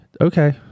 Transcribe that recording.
Okay